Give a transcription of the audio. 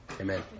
amen